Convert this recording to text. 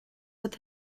with